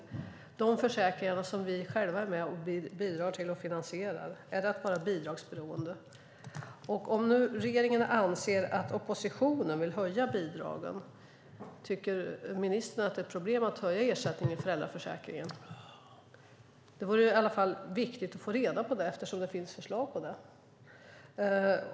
Att ta del av de försäkringar som vi själva är med och bidrar till att finansiera, är det att vara bidragsberoende? Om regeringen anser att oppositionen vill höja bidragen, tycker ministern att det är ett problem att höja ersättningen i föräldraförsäkringen? Det är viktigt att få reda på det eftersom det finns förslag om det.